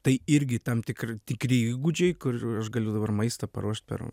tai irgi tam tikri tikri įgūdžiai kur aš galiu dabar maistą paruošt per